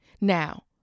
Now